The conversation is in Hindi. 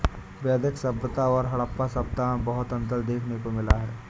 वैदिक सभ्यता और हड़प्पा सभ्यता में बहुत अन्तर देखने को मिला है